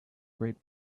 great